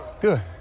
Good